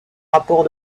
rapport